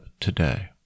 today